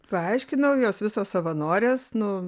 paaiškinau jos visos savanorės nu